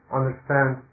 understand